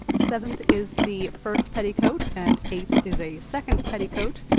seventh is the first petticoat and eighth is a second petticoat.